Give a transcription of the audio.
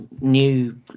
new